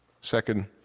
Second